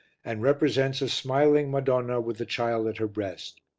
and represents a smiling madonna with the child at her breast.